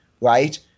right